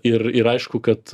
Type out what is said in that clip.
ir ir aišku kad